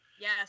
Yes